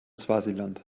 swasiland